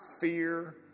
fear